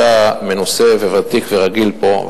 אתה מנוסה וותיק ורגיל פה,